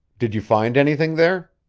did you find anything there?